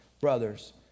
brothers